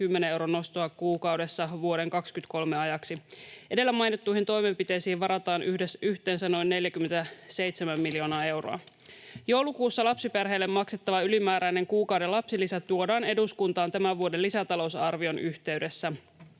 10 euron nostoa kuukaudessa vuoden 23 ajaksi. Edellä mainittuihin toimenpiteisiin varataan yhteensä noin 47 miljoonaa euroa. Joulukuussa lapsiperheille maksettava ylimääräinen kuukauden lapsilisä tuodaan eduskuntaan tämän vuoden lisätalousarvion yhteydessä.